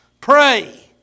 pray